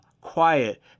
quiet